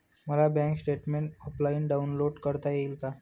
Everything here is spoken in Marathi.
मला बँक स्टेटमेन्ट ऑफलाईन डाउनलोड करता येईल का?